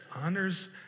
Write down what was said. honors